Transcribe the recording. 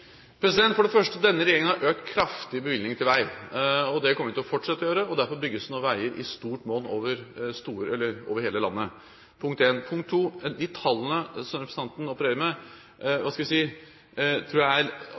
For det første: Denne regjeringen har økt kraftig bevilgningene til vei. Det kommer vi til å fortsette å gjøre. Derfor bygges det nå veier i stort monn over hele landet. For det andre: De tallene som representanten opererer med – hva skal vi si – tror jeg